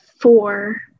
Four